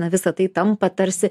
na visa tai tampa tarsi